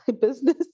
business